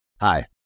Hi